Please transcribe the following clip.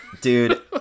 dude